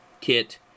Kit